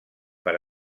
per